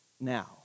now